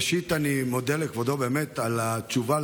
ראשית, אני מודה לכבודו, באמת, על התשובה,